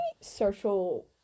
social